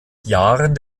jahren